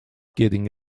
getting